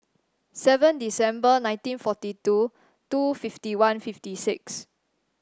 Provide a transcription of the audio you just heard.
seven December nineteen forty two two fifty one fifty six